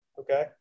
Okay